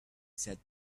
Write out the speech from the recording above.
said